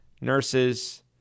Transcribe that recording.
nurses